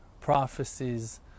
prophecies